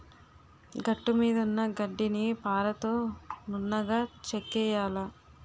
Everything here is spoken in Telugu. గట్టుమీదున్న గడ్డిని పారతో నున్నగా చెక్కియ్యాల